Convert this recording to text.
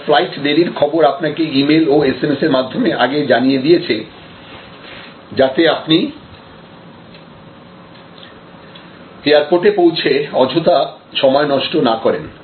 তারা ফ্লাইট দেরির খবর আপনাকে ইমেইল ও SMS এর মাধ্যমে আগে জানিয়ে দিয়েছে যাতে আপনি এয়ারপোর্টে পৌঁছে অযথা সময় নষ্ট না করেন